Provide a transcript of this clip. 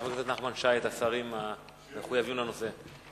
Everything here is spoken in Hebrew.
חבר הכנסת נחמן שי, את השרים המחויבים לנושא.